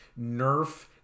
Nerf